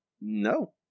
No